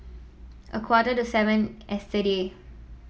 a quarter to seven yesterday